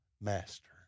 master